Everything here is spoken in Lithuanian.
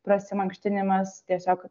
prasimankštinimas tiesiog